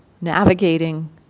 navigating